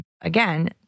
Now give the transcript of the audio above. Again